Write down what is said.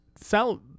sell